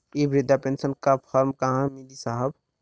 इ बृधा पेनसन का फर्म कहाँ मिली साहब?